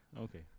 Okay